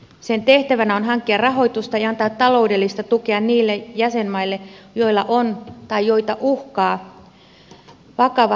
sen tehtävänä on hankkia rahoitusta ja antaa taloudellista tukea niille jäsenmaille joilla on tai joita uhkaa vakava rahoitusongelma